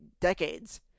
decades